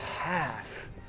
half